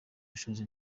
gushoza